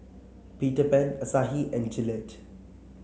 Peter Pan Asahi and Gillette